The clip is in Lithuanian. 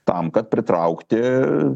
tam kad pritraukti